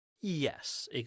Yes